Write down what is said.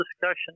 discussion